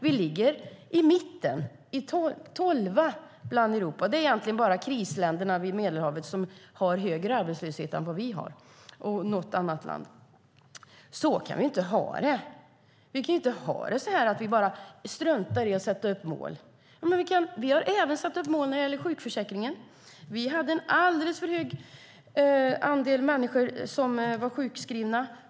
Vi ligger i mitten, tolva bland Europas länder. Det är egentligen bara krisländerna vid Medelhavet och något annat land som har högre arbetslöshet än vi har. Så kan vi inte ha det. Vi kan inte ha det så att vi bara struntar i att sätta upp mål. Vi har även satt upp mål när det gäller sjukförsäkringen. Vi hade en alldeles för hög andel människor som var sjukskrivna.